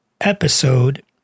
episode